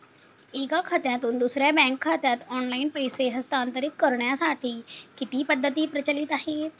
एका खात्यातून दुसऱ्या बँक खात्यात ऑनलाइन पैसे हस्तांतरित करण्यासाठी किती पद्धती प्रचलित आहेत?